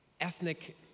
ethnic